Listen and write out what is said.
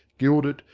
gild it,